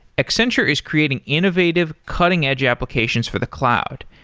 accenture is creating innovative cutting-edge applications for the cloud.